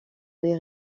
les